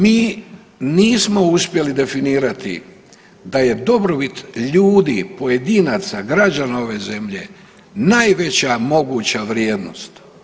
Mi nismo uspjeli definirati da je dobrobit ljudi, pojedinaca, građana ove zemlje najveća moguća vrijednost.